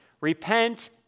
Repent